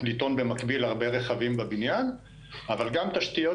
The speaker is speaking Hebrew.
לטעון במקביל הרבה רכבים בבניין אבל גם תשתיות